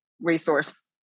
resource